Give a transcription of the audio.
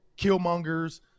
Killmongers